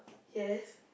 yes